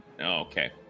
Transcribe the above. Okay